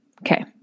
Okay